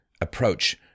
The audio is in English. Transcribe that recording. approach